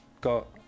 got